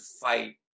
fight